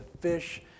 fish